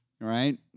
right